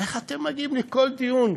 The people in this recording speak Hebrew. איך אתם מגיעים לכל דיון,